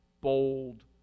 bold